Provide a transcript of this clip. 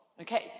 Okay